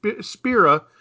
Spira